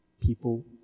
People